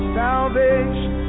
salvation